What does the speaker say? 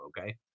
Okay